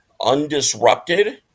Undisrupted